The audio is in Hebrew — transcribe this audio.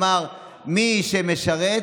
אמר: מי שמשרת,